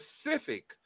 specific